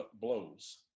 blows